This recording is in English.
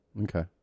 okay